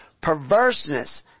perverseness